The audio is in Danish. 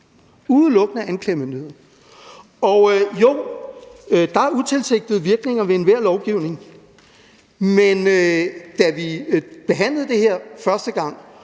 udelukkende af anklagemyndigheden. Jo, der er utilsigtede virkninger ved enhver lovgivning, men da vi behandlede det her første gang